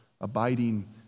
abiding